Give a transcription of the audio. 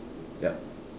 yup